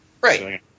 Right